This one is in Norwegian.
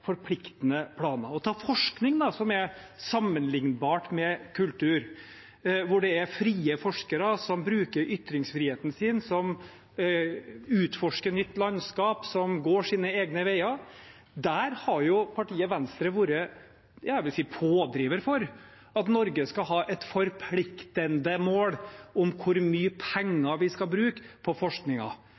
forpliktende planer. Ta forskning som er sammenliknbar med kultur – det er frie forskere som bruker ytringsfriheten sin, som utforsker nytt landskap og som går sine egne veier. Der har partiet Venstre vært, jeg vil si, pådriver for at Norge skal ha et forpliktende mål om hvor mye penger vi skal bruke på